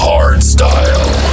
Hardstyle